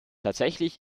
tatsächlich